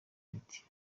kiti